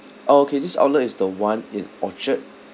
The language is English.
orh okay this outlet is the one in orchard